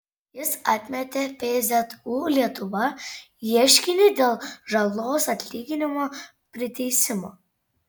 jis atmetė pzu lietuva ieškinį dėl žalos atlyginimo priteisimo